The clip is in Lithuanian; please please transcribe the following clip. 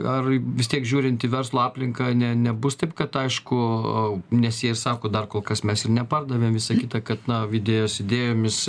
ar vis tiek žiūrint į verslo aplinką ne nebus taip kad aišku nes jie ir sako dar kol kas mes ir nepardavėm visa kita kad na idėjos idėjomis